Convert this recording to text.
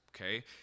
okay